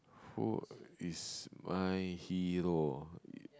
who is my hero